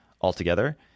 altogether